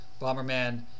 Bomberman